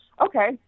okay